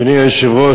אדוני היושב-ראש,